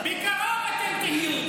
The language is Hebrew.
בקרוב אתם תהיו.